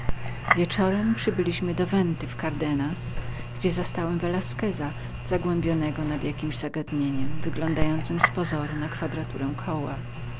wieczorem przybyliśmy do venty w cardegnas gdzie zastałem velasqueza zagłębionego nad jakiemś zagadnieniem wyglądającem z pozoru nakształt kwadratury koła